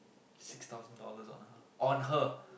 six thousand dollars on her on her